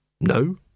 No